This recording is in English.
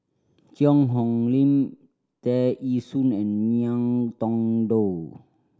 Cheang Hong Lim Tear Ee Soon and Ngiam Tong Dow